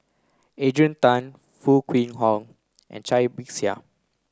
Adrian Tan Foo Kwee Horng and Cai Bixia